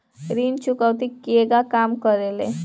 ऋण चुकौती केगा काम करेले?